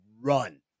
run